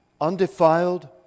undefiled